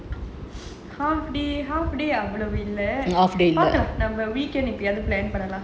half day half day அவ்ளோ இல்ல பாக்கலாம் நம்ம:avlo illa paakalam namma weekend plan பண்லாம்:panlaam